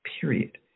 period